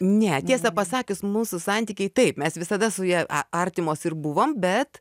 ne tiesą pasakius mūsų santykiai taip mes visada su ja artimos ir buvom bet